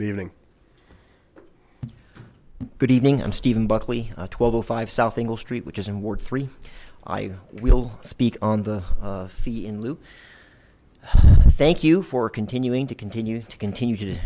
leaving good evening i'm steven buckley twelve o five south ingle street which is in ward three i will speak on the fee in lieu thank you for continuing to continue to continue to